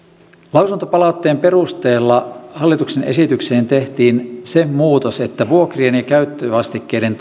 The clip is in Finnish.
lausuntopalautteen perusteella hallituksen esitykseen tehtiin se muutos että vuokrien ja käyttövastikkeiden